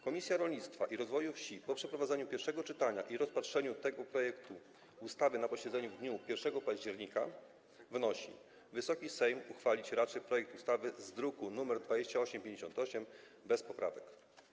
Komisja Rolnictwa i Rozwoju Wsi po przeprowadzeniu pierwszego czytania i rozpatrzeniu tego projektu ustawy na posiedzeniu w dniu 1 października wnosi, aby Wysoki Sejm uchwalić raczył projekt ustawy z druku nr 2858 bez poprawek.